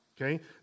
okay